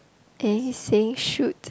and he's saying shoot